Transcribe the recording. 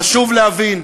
חשוב להבין,